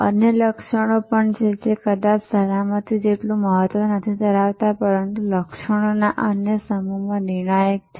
અન્ય લક્ષણો પણ છે જે કદાચ સલામતી જેટલુ મહત્વ નથી ધરાવતા પરંતુ લક્ષણોના આ અન્ય સમૂહો નિર્ણાયક છે